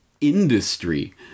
industry